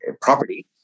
property